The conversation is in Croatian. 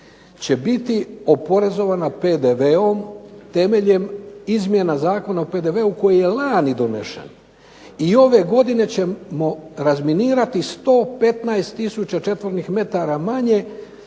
će biti oporezovana PDV-om temeljem izmjena Zakona o PDV-u koji je lani donešen i ove godine ćemo razminirati 115000 četvornih metara manje